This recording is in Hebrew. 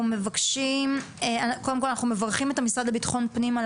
אנחנו מברכים את המשרד לביטחון פנים על